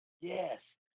Yes